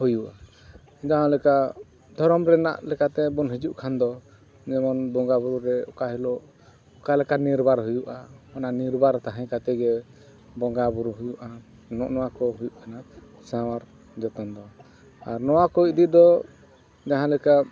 ᱦᱩᱭᱩᱜᱼᱟ ᱡᱟᱦᱟᱸ ᱞᱮᱠᱟ ᱫᱷᱚᱨᱚᱢ ᱨᱮᱱᱟᱜ ᱞᱮᱠᱟ ᱛᱮᱵᱚᱱ ᱦᱤᱡᱩᱜ ᱠᱷᱟᱱ ᱫᱚ ᱡᱮᱢᱚᱱ ᱵᱚᱸᱜᱟᱼᱵᱩᱨᱩ ᱨᱮ ᱚᱠᱟ ᱦᱤᱞᱳᱜ ᱚᱠᱟ ᱞᱮᱠᱟ ᱱᱤᱨᱵᱟᱨ ᱦᱩᱭᱩᱜᱼᱟ ᱚᱱᱟ ᱱᱤᱨᱵᱟᱨ ᱛᱟᱦᱮᱸ ᱠᱟᱛᱮᱫ ᱜᱮ ᱵᱚᱸᱜᱟᱼᱵᱩᱨᱩ ᱦᱩᱭᱩᱜᱼᱟ ᱱᱚᱜᱼᱚ ᱱᱚᱣᱟ ᱠᱚ ᱦᱩᱭᱩᱜ ᱠᱟᱱᱟ ᱥᱟᱶᱟᱨ ᱡᱚᱛᱚᱱ ᱫᱚ ᱟᱨ ᱱᱚᱣᱟ ᱠᱚ ᱤᱫᱤ ᱫᱚ ᱡᱟᱦᱟᱸ ᱞᱮᱠᱟ